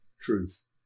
truth